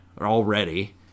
already